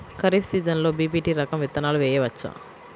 ఖరీఫ్ సీజన్లో బి.పీ.టీ రకం విత్తనాలు వేయవచ్చా?